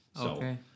Okay